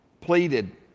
pleaded